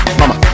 mama